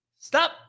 Stop